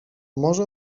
może